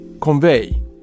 convey